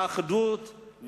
לאחדות,